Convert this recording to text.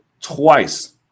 twice